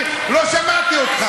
אני לא שמעתי אותך.